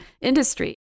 industry